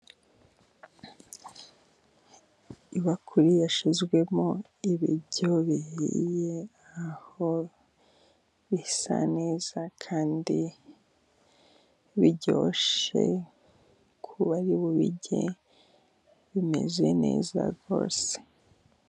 Ibakuri yashyizwemo ibiryo bihiye, aho bisa neza kandi biryoshe kubari bubirye, bimeze neza rwose.